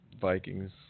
Vikings